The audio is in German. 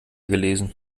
gelesen